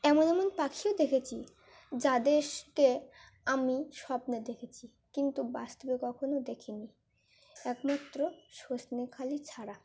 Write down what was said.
এমন এমন পাখিও দেখেছি যাদেরকে আমি স্বপ্নে দেখেছি কিন্তু বাস্তবে কখনও দেখিনি একমাত্র সজনেখালি ছাড়া